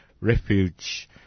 refuge